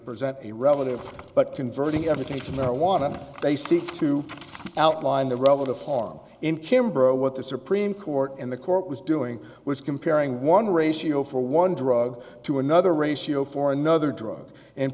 present a relative but converting education marijuana they seem to outline the relative hong in kimbrough what the supreme court in the court was doing was comparing one ratio for one drug to another ratio for another drug and